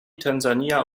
tansania